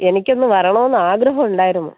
എനിക്കൊന്നു വരണമെന്ന് ആഗ്രഹമുണ്ടായിരുന്നു